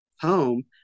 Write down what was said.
home